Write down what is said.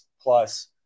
plus